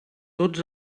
tots